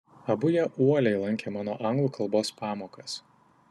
abu jie uoliai lankė mano anglų kalbos pamokas